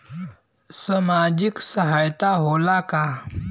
सामाजिक सहायता होला का?